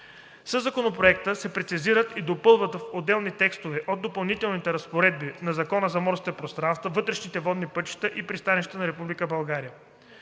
Със Законопроекта се прецизират и допълват и отделни текстове от Допълнителните разпоредби на Закона за морските пространства, вътрешните водни пътища и пристанищата на